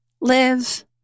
live